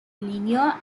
linear